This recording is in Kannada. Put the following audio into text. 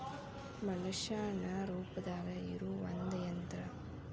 ಮನಷ್ಯಾನ ರೂಪದಾಗ ಇರು ಒಂದ ಯಂತ್ರ